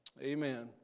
amen